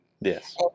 Yes